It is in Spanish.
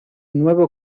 nuevo